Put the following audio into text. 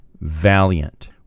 valiant